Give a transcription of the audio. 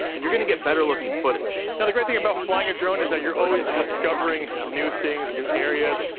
and you're gonna get better looking footage. now, the great thing about flying a drone is that you're always discovering new things, new areas.